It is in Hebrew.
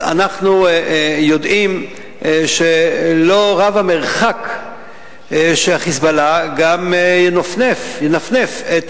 אנחנו יודעים שלא רב המרחק שה"חיזבאללה" גם ינפנף את